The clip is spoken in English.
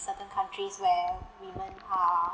certain countries where women are